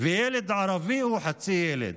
וילד ערבי הוא חצי ילד.